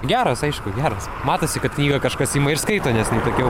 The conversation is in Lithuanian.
geras aišku geras matosi kad knygą kažkas ima ir skaito nes nu tokia jau